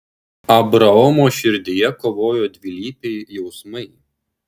abraomo širdyje kovojo dvilypiai jausmai